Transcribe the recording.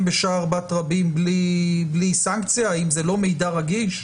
בשער בת רבים בלי סנקציה אם זה לא מידע רגיש?